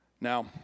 Now